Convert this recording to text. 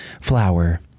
flower